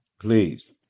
Please